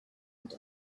und